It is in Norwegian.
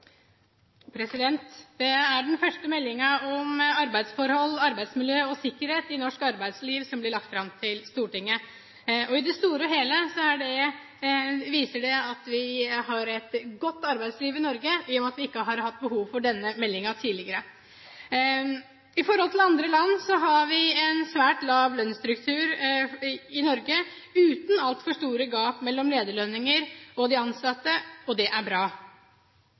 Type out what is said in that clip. avslutta. Dette er den første meldingen om arbeidsforhold, arbeidsmiljø og sikkerhet i norsk arbeidsliv som har blitt lagt fram for Stortinget. I det store og hele viser det at vi har et godt arbeidsliv i Norge, i og med at vi ikke har hatt behov for denne meldingen tidligere. I forhold til andre land har vi en svært lav lønnsstruktur i Norge, uten altfor store gap mellom lederlønninger og ansattes lønninger. Det er bra,